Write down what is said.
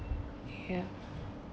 ya